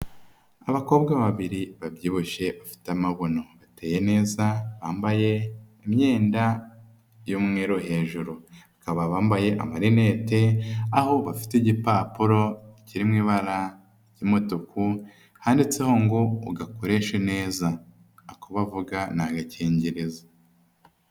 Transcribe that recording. Abakobwa babiri babyibushye bafite amabuno. Bateye neza, bambaye imyenda y'umweru hejuru, bakaba bambaye amarinete, aho bafite igipapuro kiri mu ibara ry'utuku, handitseho ngo ugakoreshe neza. Ako bavuga ni agakingirizo.